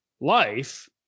life